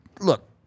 look